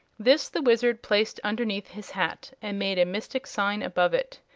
this the wizard placed underneath his hat and made a mystic sign above it.